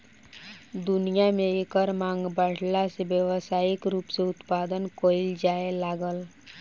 दुनिया में एकर मांग बाढ़ला से व्यावसायिक रूप से उत्पदान कईल जाए लागल